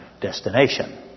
destination